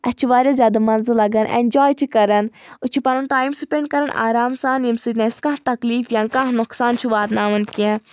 اَسہِ چھِ واریاہ زیادٕ مَزٕ لگَان اؠنجاے چھِ کَران أسۍ چھِ پَنُن ٹایِم سُپؠنٛڈ کَران آرام سان ییٚمہِ سۭتۍ نہٕ اَسہِ کانٛہہ تکلیٖف یا کانٛہہ نۄقصان چھِ واتناوان کینٛہہ